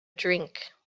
drink